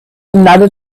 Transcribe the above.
another